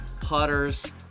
putters